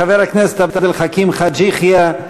חבר הכנסת עבד אל חכים חאג' יחיא,